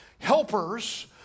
Helpers